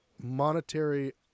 Monetary